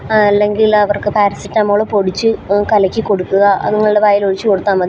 അല്ലെങ്കിലവർക്ക് paracetamol പൊടിച്ച് കലക്കി കൊടുക്കുക അതുങ്ങളുടെ വായിൽ ഒഴിച്ചു കൊടുത്താല് മതി